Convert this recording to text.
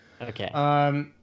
Okay